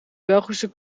belgische